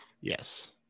Yes